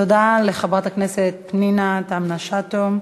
תודה לחברת הכנסת פנינה תמנו-שטה.